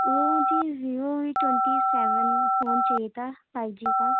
وہ جی Vivo V twenty seven phone چاہیے تھا فائیو جی کا